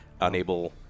unable